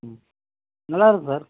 ம் நல்லாயிருக்கும் சார்